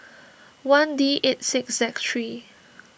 one D eight six Z three